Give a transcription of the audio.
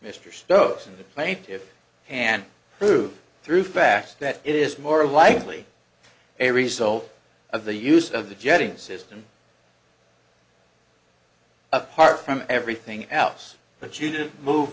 mr stokes and the plaintiffs and prove through facts that it is more likely a result of the use of the jetting system apart from everything else but you didn't move